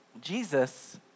Jesus